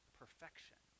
perfection